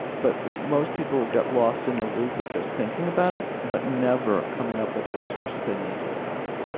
but most people will get lost in the loop of just thinking about it, but never coming up with the resources they need to address it